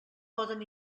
poden